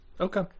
Okay